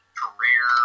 career